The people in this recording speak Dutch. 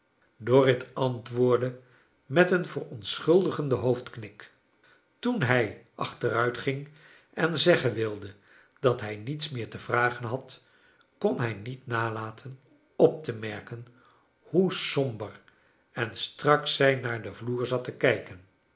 antwoordde met een ver ontschuldigenden hoofdknik toen hij ac hteruitging en zeggen wilde dat hij niets meer te vragen had kon hij niet nalaten op te merken hoe somber en strak zij naar den vloer zat te kijken